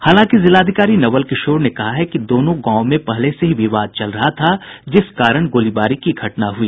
हालांकि जिलाधिकारी नवल किशोर ने कहा है कि दोनों गांवों में पहले से ही विवाद चल रहा था जिस कारण गोलीबारी की घटना हुई